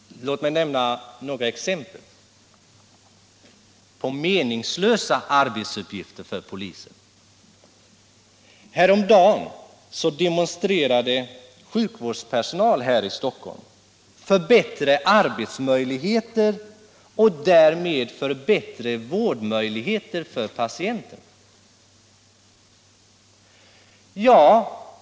Låt mig nämna några exempel på meningslösa arbetsuppgifter för polisen. Häromdagen demonstrerade sjukvårdpersonal här i Stockholm för bättre arbetsmöjligheter och därmed bättre vårdmöjligheter för patienterna.